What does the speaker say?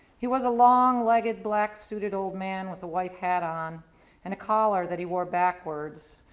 he was a long-legged black-suited old man with a white hat on and a collar that he wore backwards,